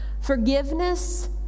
Forgiveness